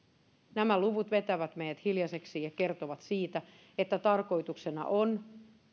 nämä luvut vetävät meidät hiljaiseksi ja kertovat siitä että tarkoituksena on